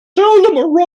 seldom